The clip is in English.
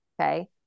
Okay